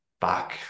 back